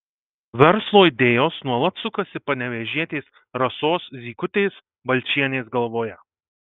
verslo idėjos nuolat sukasi panevėžietės rasos zykutės balčienės galvoje